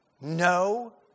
No